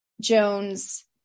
Jones